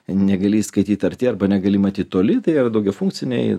negali įskaityt arti arba negali matyt toli tai ir daugiafunkciniai